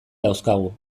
dauzkagu